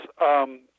yes